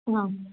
हा